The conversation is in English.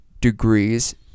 degrees